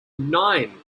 nine